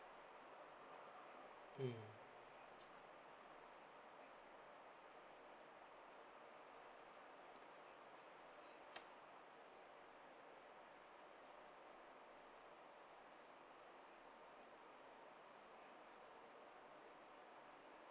hmm